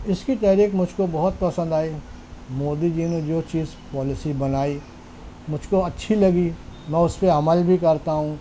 اس کی تحریک مجھ کو بہت پسند آئی مودی جی نے جو چیز پالیسی بنائی مجھ کو اچھی لگی میں اس پر عمل بھی کرتا ہوں